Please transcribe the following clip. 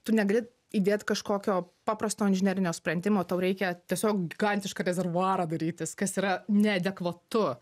tu negali įdėt kažkokio paprasto inžinerinio sprendimo tau reikia tiesiog gigantišką rezervuarą darytis kas yra neadekvatu